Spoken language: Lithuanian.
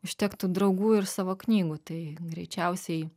užtektų draugų ir savo knygų tai greičiausiai